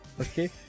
Okay